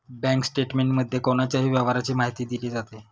bank स्टेटमेंटमध्ये कोणाच्याही व्यवहाराची माहिती दिली जाते